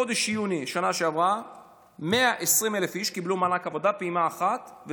בחודש יוני בשנה שעברה 120,000 איש קיבלו פעימה אחת של מענק עבודה,